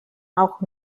auch